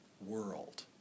world